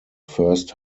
first